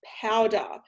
Powder